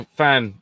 fan